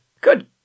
good